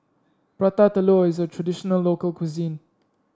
Prata Telur is a traditional local cuisine